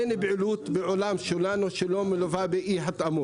אין פעילות בעולם שלנו שלא מלווה באי התאמות,